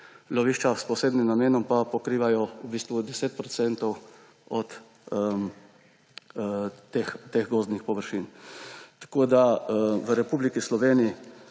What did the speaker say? lovišča s posebnim namenom pa pokrivajo 10 % od teh gozdnih površin. Tako imamo v Republiki Sloveniji